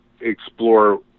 explore